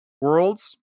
worlds